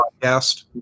podcast